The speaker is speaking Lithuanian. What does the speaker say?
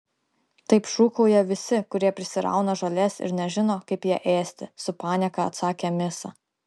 taip šūkauja visi kurie prisirauna žolės ir nežino kaip ją ėsti su panieka atsakė misa